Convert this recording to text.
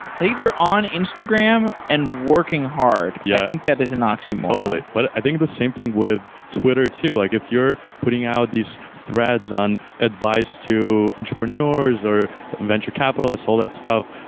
if you're on instagram and working hard, yeah i think that is an oxymoron totally. but i think the same thing with twitter too. like if you're putting out these threads on advice to entrepreneurs or venture capitalists, all that stuff,